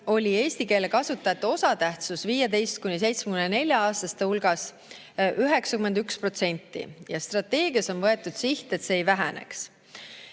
oli eesti keele kasutajate osatähtsus 15–74-aastaste hulgas 91% ja strateegias on võetud siht, et see ei väheneks.